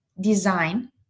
design